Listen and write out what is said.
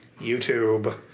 YouTube